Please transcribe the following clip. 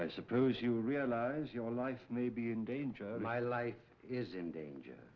i suppose you realize your life may be in danger my life is in danger